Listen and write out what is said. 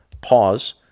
Pause